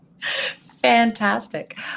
Fantastic